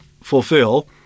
fulfill